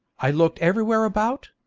i looked everywhere about.